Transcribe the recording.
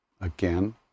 again